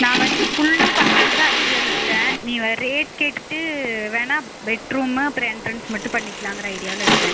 நான் வந்து ஃபுல்லாக பண்ணலாண்ட்டு தான் ஐடியாவில இருக்கேன் நீ ரேட் கேட்டுவிட்டு வேணா பெட்ரூம்மு அப்புறம் எண்ட்ரன்ஸ் மட்டும் பண்ணிக்கலாங்கிற ஐடியாவில் இருக்கிறேன்